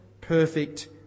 perfect